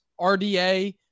RDA